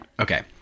Okay